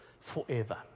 forever